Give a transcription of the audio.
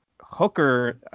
Hooker